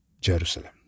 Jerusalem